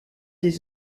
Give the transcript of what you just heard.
des